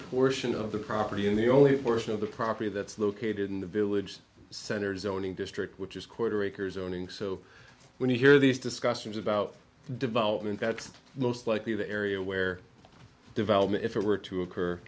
portion of the property in the only portion of the property that's located in the village center zoning district which is quarter acre zoning so when you hear these discussions about development that's most likely the area where development if it were to occur